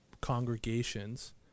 congregations